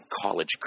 college